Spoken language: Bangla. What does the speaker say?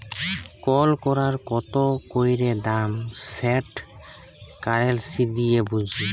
কল টাকার কত ক্যইরে দাম সেট কারেলসি দিঁয়ে বুঝি